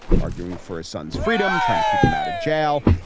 arguing for his son's freedom, trying to keep him out of jail.